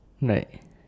like